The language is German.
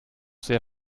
sehr